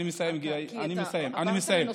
עברת לנושא,